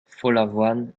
follavoine